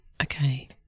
Okay